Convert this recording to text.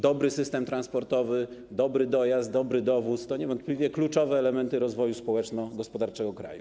Dobry system transportowy, dobry dojazd, dobry dowóz to niewątpliwie kluczowe elementy rozwoju społeczno-gospodarczego kraju.